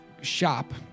shop